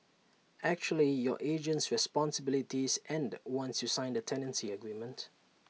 actually your agent's responsibilities end once you sign the tenancy agreement